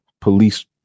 police